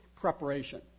preparation